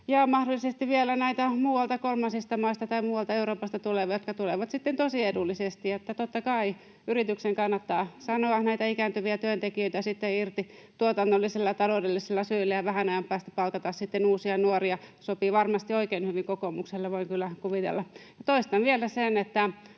ja mahdollisesti vielä näitä muualta, kolmansista maista tai muualta Euroopasta tulevia, jotka tulevat sitten tosi edullisesti. Totta kai yrityksen kannattaa sanoa näitä ikääntyviä työntekijöitä irti tuotannollisilla ja taloudellisilla syillä ja vähän ajan päästä palkata sitten uusia, nuoria. Sopii varmasti oikein hyvin kokoomukselle, voin kyllä kuvitella. Toistan vielä sen, että